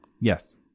Yes